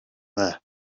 there